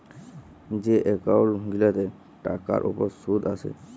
যে এক্কাউল্ট গিলাতে টাকার উপর সুদ আসে